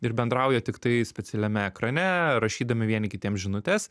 ir bendrauja tiktai specialiame ekrane rašydami vieni kitiem žinutes